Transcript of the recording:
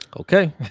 Okay